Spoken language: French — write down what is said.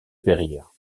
périr